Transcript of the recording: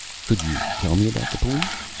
could you tell me about the police?